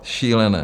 Šílené.